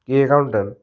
କି ଏକାଉଣ୍ଟେଣ୍ଟ୍